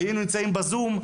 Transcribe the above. ואם הם נמצאים בזום,